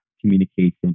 communication